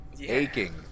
aching